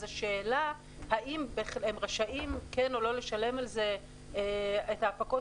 אז השאלה האם הם רשאים כן או לא לשלם על זה את הפקות